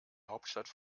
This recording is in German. hauptstadt